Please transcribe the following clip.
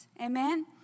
Amen